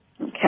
Okay